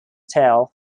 tale